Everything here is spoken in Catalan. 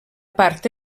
part